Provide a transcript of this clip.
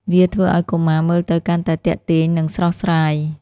វាធ្វើឱ្យកុមារមើលទៅកាន់តែទាក់ទាញ និងស្រស់ស្រាយ។